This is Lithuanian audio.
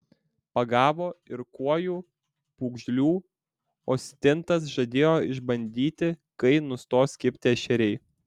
pagavo ir kuojų pūgžlių o stintas žadėjo išbandyti kai nustos kibti ešeriai